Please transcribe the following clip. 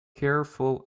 careful